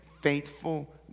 faithful